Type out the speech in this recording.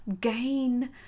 gain